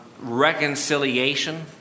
Reconciliation